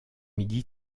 midi